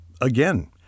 again